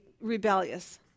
rebellious